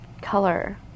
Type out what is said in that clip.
color